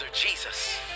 Jesus